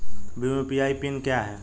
Bhim UPI PIN क्या है?